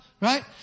Right